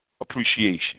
appreciation